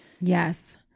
Yes